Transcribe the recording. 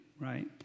right